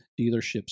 dealerships